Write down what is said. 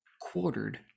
quartered